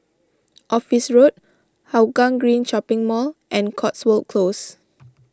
Office Road Hougang Green Shopping Mall and Cotswold Close